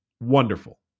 Wonderful